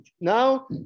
now